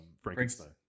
frankenstein